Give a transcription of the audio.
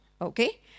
okay